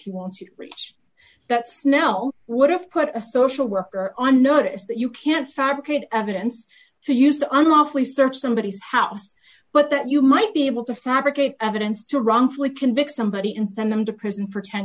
he wants to reach that's now would have put a social worker on notice that you can't fabricate evidence to use to unlawfully search somebody's house but that you might be able to fabricate evidence to wrongfully convicted somebody and send them to prison for ten